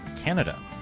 Canada